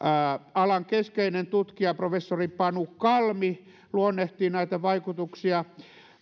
alan keskeinen tutkija professori panu kalmi luonnehti näitä vaikutuksia